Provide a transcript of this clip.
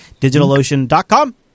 DigitalOcean.com